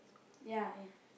ya ya